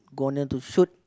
gonna to shoot